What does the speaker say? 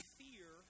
fear